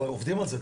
ועובדים על זה,